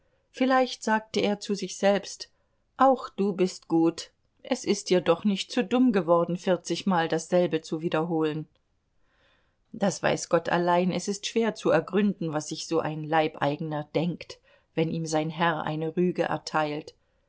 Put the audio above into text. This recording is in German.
vielleicht sagte er zu sich selbst auch du bist gut es ist dir doch nicht zu dumm geworden vierzigmal dasselbe zu wiederholen das weiß gott allein es ist schwer zu ergründen was sich so ein leibeigener denkt wenn ihm sein herr eine rüge erteilt